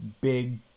big